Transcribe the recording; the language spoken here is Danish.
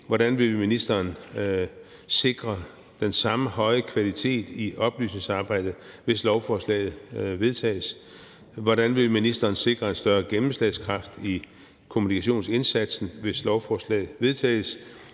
Hvordan vil ministeren sikre den samme høje kvalitet i oplysningsarbejdet, hvis lovforslaget vedtages, og hvordan vil ministeren sikre en større gennemslagskraft i kommunikationsindsatsen, hvis lovforslaget vedtages?